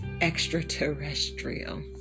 extraterrestrial